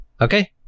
okay